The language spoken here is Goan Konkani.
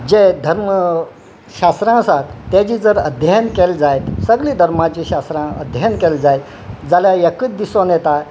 जे धर्म शास्त्रां आसात ताजे जर अध्ययन केले जायत सगळी धर्माची शास्त्रां अध्ययन केलें जाय जाल्यार एकच दिसून येता